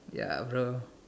ya bruh